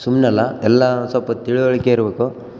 ಸುಮ್ನೆ ಅಲ್ಲ ಎಲ್ಲ ಸೊಲ್ಪ ತಿಳುವಳಿಕೆ ಇರಬೇಕು